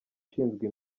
ushinzwe